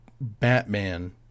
Batman